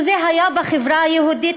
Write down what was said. לו זה היה בחברה היהודית,